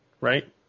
right